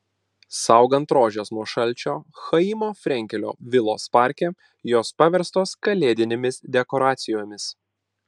saugant rožes nuo šalčio chaimo frenkelio vilos parke jos paverstos kalėdinėmis dekoracijomis